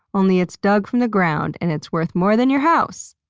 only it's dug from the ground and it's worth more than your house!